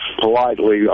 politely